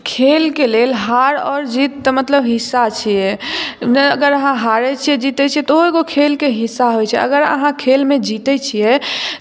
खेलके लेल हार आओर जीत तऽ मतलब हिस्सा छियै अगर अहाँ हारैत छियै जीतैत छियै तऽ ओहो खेल के हिस्सा होइ छै अगर अहाँ खेलमे जीतैत छियै